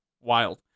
Wild